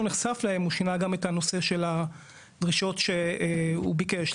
נחשף אליהם הוא שינה גם את נושא הדרישות שהוא ביקש.